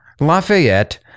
Lafayette